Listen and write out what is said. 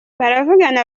baravugana